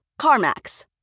CarMax